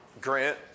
Grant